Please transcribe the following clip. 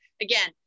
again